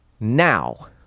Now